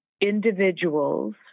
individuals